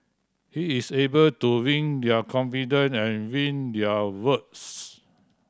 he is able to win their confident and win their votes